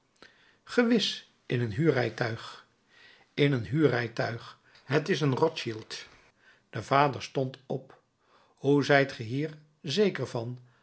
gewis in een huurrijtuig in een huurrijtuig t is een rothschild de vader stond op hoe zijt ge hier zeker van